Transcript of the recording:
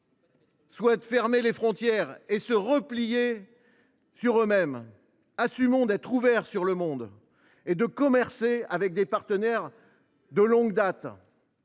souhaitent fermer les frontières et se replier sur eux mêmes, assumons d’être ouverts sur le monde et de commercer avec des partenaires de longue date.